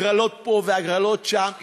הגרלות פה, והגרלות שם.